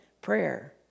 prayer